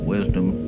Wisdom